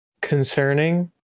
concerning